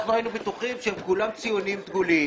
אנחנו היינו בטוחים שהם כולם ציונים דגולים